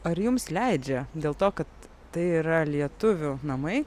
ar jums leidžia dėl to kad tai yra lietuvių namai